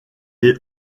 est